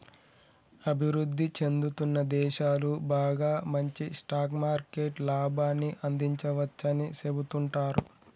అభివృద్ధి చెందుతున్న దేశాలు బాగా మంచి స్టాక్ మార్కెట్ లాభాన్ని అందించవచ్చని సెబుతుంటారు